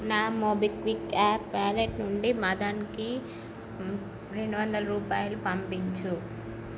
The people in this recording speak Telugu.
నా మోబిక్విక్ యాప్ వ్యాలెట్ నుండి మదన్కి రెండు వందల రూపాయలు పంపించు